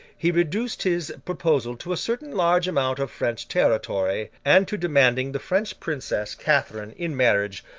he reduced his proposal to a certain large amount of french territory, and to demanding the french princess, catherine, in marriage,